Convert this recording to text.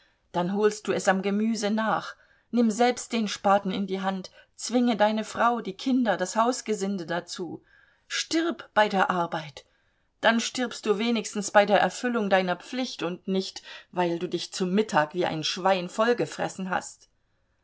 dann holst du es am gemüse nach nimm selbst den spaten in die hand zwinge deine frau die kinder das hausgesinde dazu stirb bei der arbeit dann stirbst du wenigstens bei der erfüllung deiner pflicht und nicht weil du dich zu mittag wie ein schwein vollgefressen hast